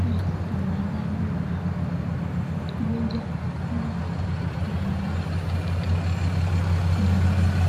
usambazaji wa magonjwa mbali mbali katika binadamu.